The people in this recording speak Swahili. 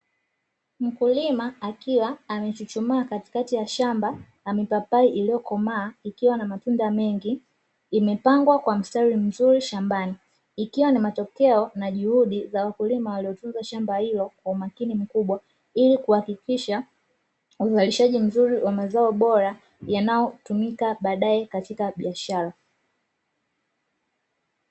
Mkulima akiwa amechuchumaa katikati ya shamba la mipapai iliyokomaa, ikiwa na matunda mengi imepangwa kwa mstari mzuri shambani. Ikiwa ni matokeo na juhudi za wakulima waliotunza shamba hilo kwa umakini mkubwa, ili kuhakikisha uzalishaji mzuri wa mazao bora; yanayotumika baadaye katika biashara.